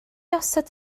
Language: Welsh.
osod